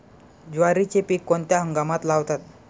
ज्वारीचे पीक कोणत्या हंगामात लावतात?